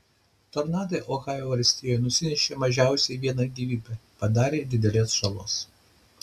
tornadai ohajo valstijoje nusinešė mažiausiai vieną gyvybę padarė didelės žalos